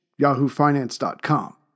YahooFinance.com